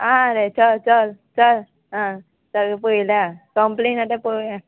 आं रे चल चल चल आं सगळे पळयल्या कंप्लेन आतां पळोवया